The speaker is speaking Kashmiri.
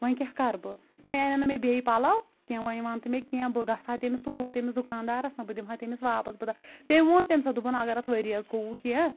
وۄنۍ کیاہ کَر بہٕ وۄنۍ اَنن نہٕ مےٚ بیٚٚیہِ پَلو کیٚنٛہہ وۄنۍ وَن تہٕ مےٚ کیٚنٛہہ بہٕ گَژھا تٔمِس توٗرۍ دُکاندارَس نہ بہٕ دِمہا تٔمِس واپَس بہٕ دپہا تٔمۍ ووٚن تَمہِ ساتہٕ دوٚپُن اگَرٕے اَتھ ؤرۍیَس گووُہ کیٚنٛہہ